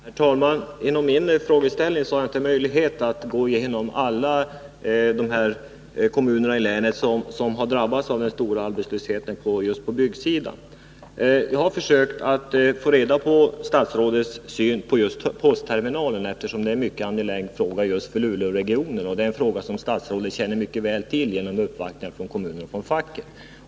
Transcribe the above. Herr talman! Inom min frågeställning har jag inte möjlighet att gå igenom alla kommuner i länet som har drabbats av stor arbetslöshet på just byggsidan. Jag har försökt att få reda på statsrådets syn på postterminalen, eftersom den är mycket angelägen för Luleåregionen. Det är också en fråga som statsrådet känner mycket väl till efter uppvaktningar från kommunen och facket.